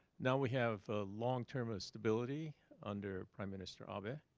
now, we have a long-term ah stability under prime minister um yeah